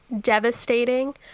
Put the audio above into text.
devastating